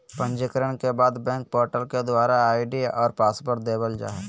पंजीकरण के बाद बैंक पोर्टल के द्वारा आई.डी और पासवर्ड देवल जा हय